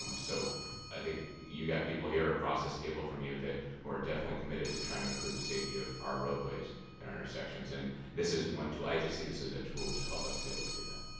um so i think you got people here across this table from you that who are definitely committed to trying to improve the safety of our roadways and our intersections, and this is one, i just see this as a tool to help us to be able to do that.